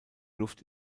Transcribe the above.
luft